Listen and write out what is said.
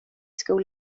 school